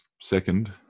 second